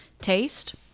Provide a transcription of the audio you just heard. taste